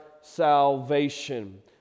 salvation